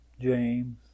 James